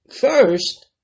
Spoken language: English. first